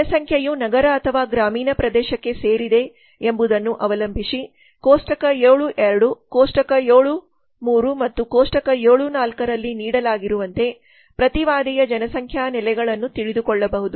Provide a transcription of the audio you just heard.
ಜನಸಂಖ್ಯೆಯು ನಗರ ಅಥವಾ ಗ್ರಾಮೀಣ ಪ್ರದೇಶಕ್ಕೆ ಸೇರಿದೆ ಎಂಬುದನ್ನು ಅವಲಂಬಿಸಿ ಕೋಷ್ಟಕ 7 2 ಕೋಷ್ಟಕ 7 3 ಮತ್ತು ಕೋಷ್ಟಕ 7 4 ರಲ್ಲಿ ನೀಡಲಾಗಿರುವಂತೆ ಪ್ರತಿವಾದಿಯ ಜನಸಂಖ್ಯಾ ನೆಲೆಗಳನ್ನು ತಿಳಿದುಕೊಳ್ಳಬಹುದು